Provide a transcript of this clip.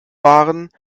waren